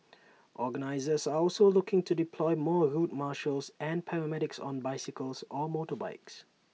organisers are also looking to deploy more route marshals and paramedics on bicycles or motorbikes